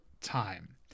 time